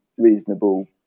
reasonable